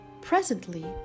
Presently